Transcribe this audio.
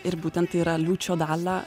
ir būtent tai yra liučio dalia